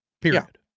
Period